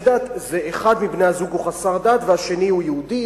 דת אחד מבני-הזוג חסר דת והשני הוא יהודי,